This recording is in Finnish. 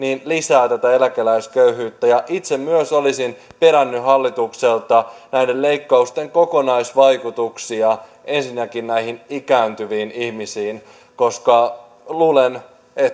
lisäävät tätä eläkeläisköyhyyttä itse myös olisin perännyt hallitukselta näiden leikkausten kokonaisvaikutuksia ensinnäkin näihin ikääntyviin ihmisiin koska luulen että